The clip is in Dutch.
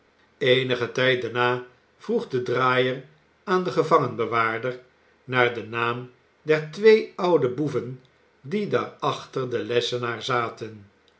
eenigen tijd daarna vroeg de draaier aan den gevangenbewaarder naar den naam der twee oude boeven die daar achter den lessenaar zaten